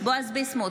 בועז ביסמוט,